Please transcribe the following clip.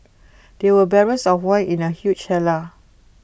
there were barrels of wine in the huge cellar